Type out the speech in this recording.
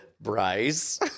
Bryce